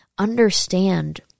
understand